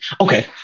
Okay